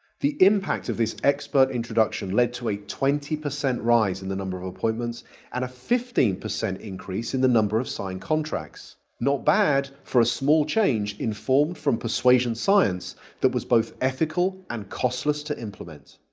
the impact of this expert introduction led to a twenty percent rise in the number of appointments and a fifteen percent increase in the number of signed contracts. not bad for a small change in form from persuasion science that was both ethical and costless to implement.